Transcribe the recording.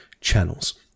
channels